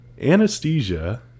anesthesia